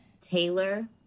Taylor